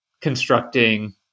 constructing